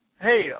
Hey